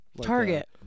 Target